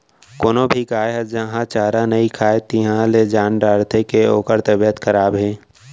कोनो भी गाय ह जहॉं चारा नइ खाए तिहॉं ले जान डारथें के ओकर तबियत खराब हे